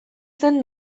zen